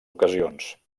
ocasions